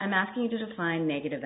i'm asking you to define negative